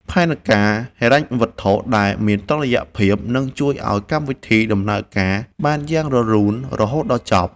ផែនការហិរញ្ញវត្ថុដែលមានតុល្យភាពនឹងជួយឱ្យកម្មវិធីដំណើរការបានយ៉ាងរលូនរហូតដល់ចប់។